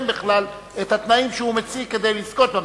בכלל את התנאים שהוא מציע כדי לזכות במכרז.